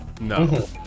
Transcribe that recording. No